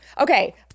Okay